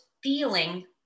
feeling